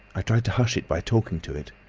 i tried to hush it by talking to it,